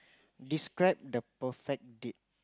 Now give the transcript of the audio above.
describe the perfect date